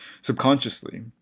subconsciously